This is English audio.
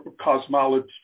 cosmology